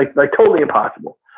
like like totally impossible.